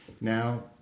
Now